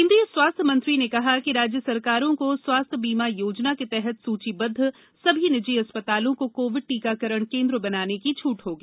केन्द्रीय स्वास्थ्य मंत्री ने कहा कि राज्य सरकारों को स्वास्थ्य बीमा योजना के तहत सूचीबद्द सभी निजी अस्पतालों को कोविड टीकाकरण केन्द्र बनाने की छूट होगी